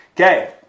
Okay